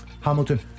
Hamilton